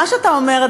מה שאתה אומר,